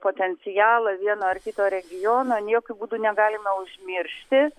potencialą vieno ar kito regiono n jokiu būdu negalime užmiršti